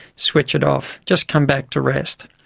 switch it off, just come back to rest.